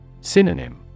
Synonym